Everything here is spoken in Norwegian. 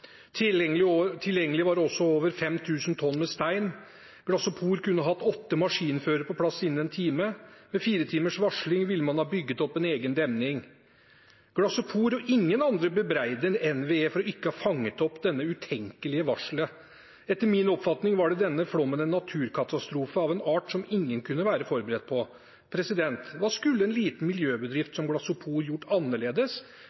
Tilgjengelig var også over 5 000 tonn med stein. Glasopor kunne hatt åtte maskinførere på plass innen en time. Med fire timers varsling ville man ha bygget opp en egen demning. Verken Glasopor eller noen andre bebreider NVE for ikke å ha fanget opp dette utenkelige varselet. Etter min oppfatning var denne flommen en naturkatastrofe av en art som ingen kunne være forberedt på. Hva skulle en liten miljøbedrift